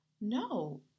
No